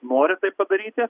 nori tai padaryti